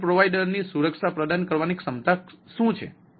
cloud provider ની સુરક્ષા પ્રદાન કરવાની ક્ષમતા શું છે